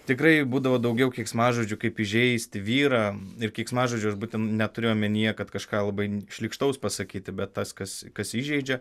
tikrai būdavo daugiau keiksmažodžių kaip įžeisti vyrą ir keiksmažodžių aš būtent neturiu omenyje kad kažką labai šlykštaus pasakyti bet tas kas kas įžeidžia